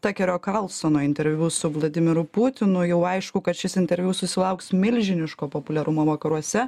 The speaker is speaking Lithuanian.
takerio karlsono interviu su vladimiru putinu jau aišku kad šis interviu susilauks milžiniško populiarumo vakaruose